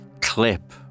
clip